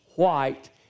white